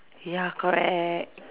ya correct